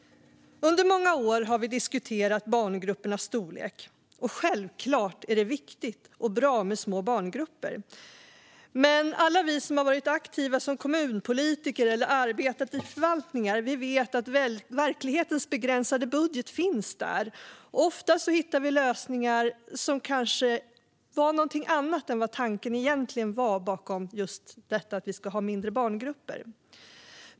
Under många år har vi diskuterat barngruppernas storlek. Och självklart är det viktigt och bra med små barngrupper. Men alla vi som har varit aktiva som kommunpolitiker eller arbetat i förvaltningar vet att verklighetens begränsade budget finns där. Och ofta hittar vi lösningar som kanske var någonting annat än just tanken bakom just detta att vi ska ha mindre barngrupper.